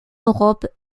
europe